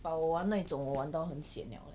but 我玩那一种我玩到很 sian liao leh